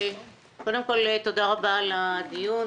קודם כול, תודה רבה על הדיון.